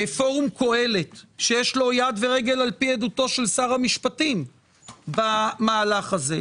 פורום קהלת שיש לו יד ורגל לפי עדותו של שר המשפטים במהלך הזה,